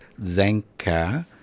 Zanka